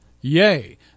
Yea